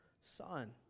Son